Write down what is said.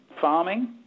farming